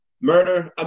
murder